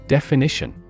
Definition